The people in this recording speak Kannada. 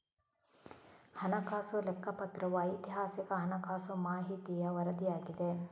ಹಣಕಾಸು ಲೆಕ್ಕಪತ್ರವು ಐತಿಹಾಸಿಕ ಹಣಕಾಸು ಮಾಹಿತಿಯ ವರದಿಯಾಗಿದೆ